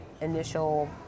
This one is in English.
initial